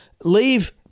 leave